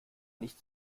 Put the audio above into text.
nicht